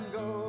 go